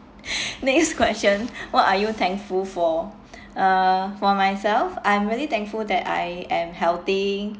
next question what are you thankful for uh for myself I'm really thankful that I am healthy